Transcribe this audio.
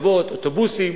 רכבות ואוטובוסים,